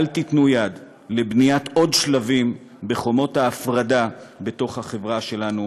אל תיתנו יד לבניית עוד שלבים בחומות ההפרדה בתוך החברה שלנו.